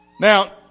Now